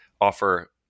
offer